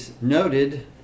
noted